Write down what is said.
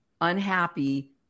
unhappy